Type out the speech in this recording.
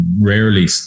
rarely